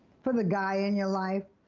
for the guy in your life,